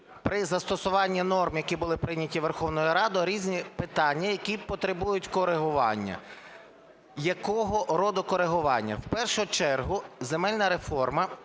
при застосуванні норм, які були прийняті Верховною Радою, різні питання, які потребують коригування. Якого роду коригування? В першу чергу земельна реформа,